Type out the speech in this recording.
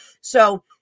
So-